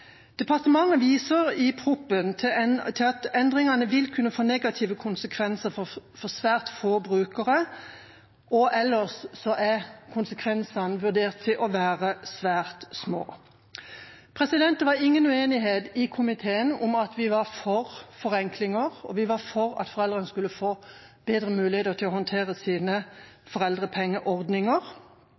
Departementet viser i proposisjonen til at endringene vil kunne få negative konsekvenser for svært få brukere. Ellers er konsekvensene vurdert til å være svært små. Det var ingen uenighet i komiteen om at vi var for forenklinger, og vi var for at foreldrene skulle få bedre muligheter til å håndtere sine foreldrepengeordninger.